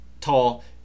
tall